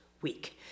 week